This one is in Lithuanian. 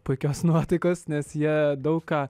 puikios nuotaikos nes jie daug ką